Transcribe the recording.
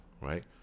right